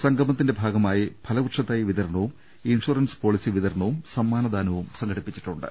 സംഗമത്തിന്റെ ഭാഗ്മായി ഫലവൃ ക്ഷത്തൈ വിതരണവും ഇൻഷുറൻസ് പോളിസി വിതര ണവും സമ്മാനദാനവും സംഘടിപ്പിച്ചിട്ടുണ്ട്